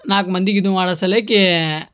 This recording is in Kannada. ನಾಲ್ಕು ಮಂದಿಗೆ ಇದು ಮಾಡೋದ್ ಸಲೆಕೇ